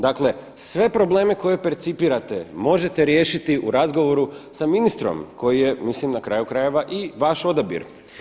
Dakle, sve probleme koje percipirate možete riješiti u razgovoru sa ministrom koji je na kraju krajeva i vaš odabir.